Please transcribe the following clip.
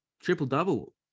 Triple-double